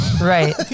right